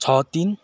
छ तिन